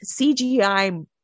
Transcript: CGI